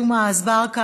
חבר הכנסת ג'מעה אזברגה